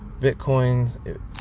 bitcoins